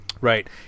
right